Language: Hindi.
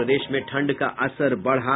और प्रदेश में ठंड का असर बढ़ा